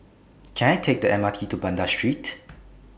Can I Take The M R T to Banda Street